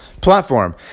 platform